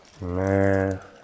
man